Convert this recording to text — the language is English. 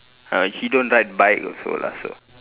uh he don't ride bike also lah so